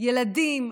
ילדים.